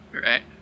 Right